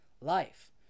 life